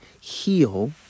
heal